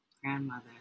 grandmother